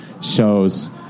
shows